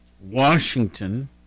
Washington